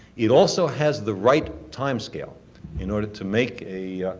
it also has the right timescales in order to make a